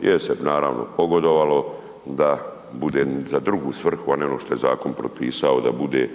je se naravno pogodovalo da bude za drugu svrhu a ne ono što je zakon propisao da bude